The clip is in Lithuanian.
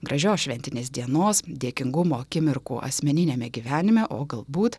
gražios šventinės dienos dėkingumo akimirkų asmeniniame gyvenime o galbūt